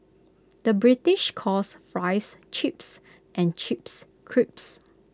the British calls Fries Chips and Chips Crisps